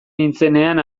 nintzenean